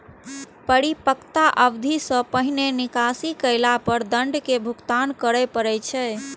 परिपक्वता अवधि सं पहिने निकासी केला पर दंड के भुगतान करय पड़ै छै